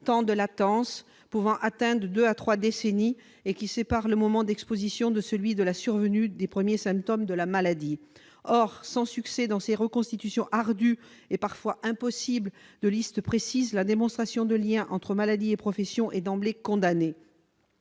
temps de latence, pouvant atteindre deux à trois décennies, entre le moment de l'exposition et celui de la survenue des premiers symptômes de la maladie. Or, sans succès dans ces reconstitutions ardues et parfois impossibles, la démonstration du lien entre la maladie et la profession est d'emblée condamnée.